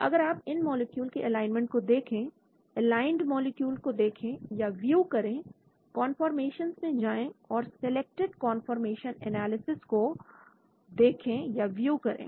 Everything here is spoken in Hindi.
अगर आप इन मॉलिक्यूल के एलाइनमेंट को देखें एलाइंड मॉलिक्यूल को देखें या व्यू करें कौनफॉरमेशंस में जाएं और सिलेक्टेड कौनफॉरमेशन एनालिसिस को व्यू करें